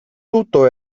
tutto